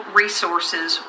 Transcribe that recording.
resources